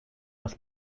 was